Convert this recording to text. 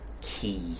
key